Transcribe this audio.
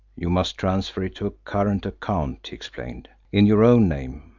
you must transfer it to a current account, he explained, in your own name.